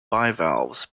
bivalves